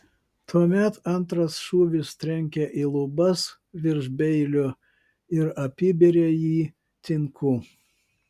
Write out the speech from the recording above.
tuomet antras šūvis trenkė į lubas virš beilio ir apibėrė jį tinku